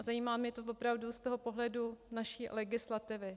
Zajímá mě to opravdu z pohledu naší legislativy.